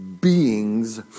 beings